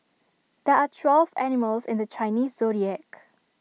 there are twelve animals in the Chinese Zodiac